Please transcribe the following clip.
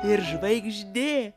ir žvaigždė